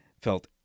felt